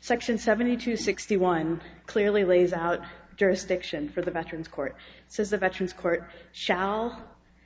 section seventy two sixty one clearly lays out jurisdiction for the veterans court says the veterans court shall